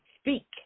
speak